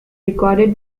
recorded